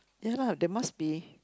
ya lah there must be